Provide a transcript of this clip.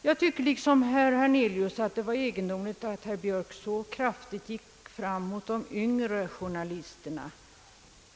Jag tycker liksom herr Hernelius, att det var egendomligt att herr Björk gick så kraftigt fram mot de yngre journalisterna.